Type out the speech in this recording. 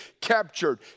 captured